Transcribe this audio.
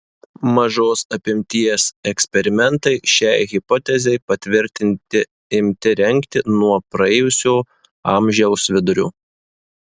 mažos apimties eksperimentai šiai hipotezei patvirtinti imti rengti nuo praėjusio amžiaus vidurio